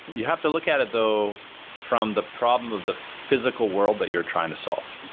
you have to look at it though from the problem of the physical world that you're trying to solve,